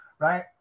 right